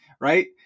right